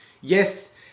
yes